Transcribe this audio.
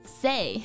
say